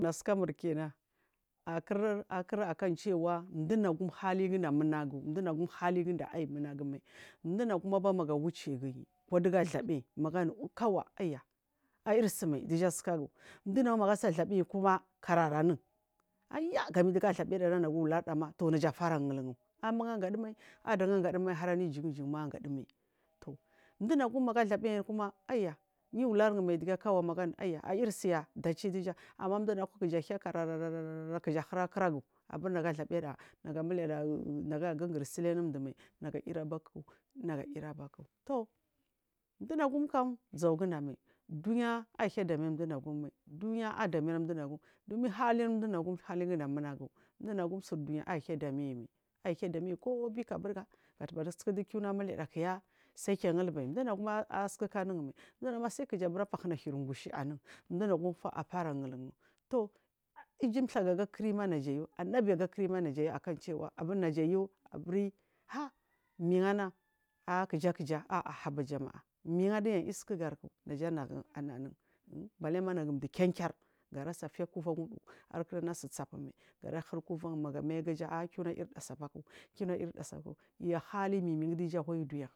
Naskramur kina akur arkra nu chewa unagum haligunda munagu mdunagu haliguda aiyi munagu mai mdunagum ban magu wudiduhi gathabiyi kawu aya ayirsuma duja sugagu mdunagum magasathabiyayi kuma aya gami dugu athabiyadara nagu ulardama najatara gulgu aman agadumai adangadumai haranu ijin jin ma angadumal to mdunaguma magu althabiyir kuma aya niyu ularangu mai digi kana magu anu aya ayirsu ya magu dachi duja ma mdunagum ku kuja hiya karara kuja hiya arkora gu abur nagu athabiyada nagu agugu sul anumdu mai nagu yiri abaku nagu ayiri baku toh mdunagum kam zau guda mai dunya aihiya damiya mdunagum mai dunya adamiya mdunagum dunin haliri mdunagum munagu mdunagum surdunya ahura damiyayimal aiyi hidamiyayi kobiku mai gadubari sukudu kuma miliyada kuya saikiya agulbal mdunagum aiy sukuku anun mai mdunagum sai kuja bura pahuna hir gushi anu mdunagum ataraguldu to iju kagu dukurin ma naja yu nabiga kurin ma najayu akanduwa naja yu aburi ha mingu anara ah kija kija haba jama'a mingana duyi yisuku gariku naja ananung balima nagu mdu kinkir garasa fiya kura udu akurana su tsapumai garahuri kuvan manayi mai ah kiuna muliyada sabaku kwina ayirada sabaku ya haliminiguduju awanyi udunyaku.